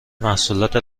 محصولات